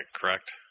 correct